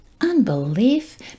Unbelief